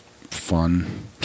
fun